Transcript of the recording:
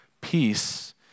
peace